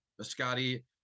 scotty